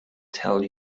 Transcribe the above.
tell